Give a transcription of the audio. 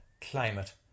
climate